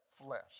flesh